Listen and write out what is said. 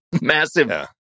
massive